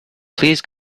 please